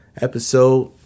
episode